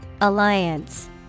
Alliance